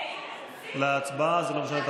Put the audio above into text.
עבירה כלפי קשיש או חסר ישע),